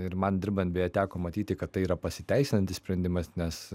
ir man dirbant beje teko matyti kad tai yra pasiteisinantis sprendimas nes